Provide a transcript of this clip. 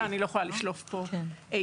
אני לא יכולה 'לשלוף' פה התייחסות.